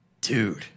Dude